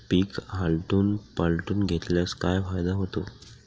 पीक आलटून पालटून घेतल्यास काय फायदा होतो?